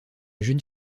jeune